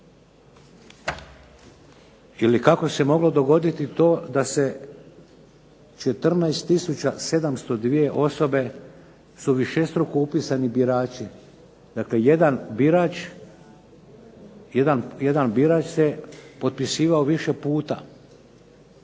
Ili kako se moglo dogoditi to da se 14 tisuća 702 osobe su višestruko upisani birači. Dakle jedan birač se potpisivao više puta.